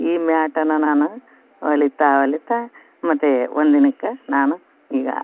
ಈ ಮ್ಯಾಟನ್ನ ನಾನು ಹೊಲಿತಾ ಹೊಲಿತಾ ಮತ್ತೆ ಒಂದಿನಕ್ಕ ನಾನು ಈಗ